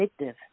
addictive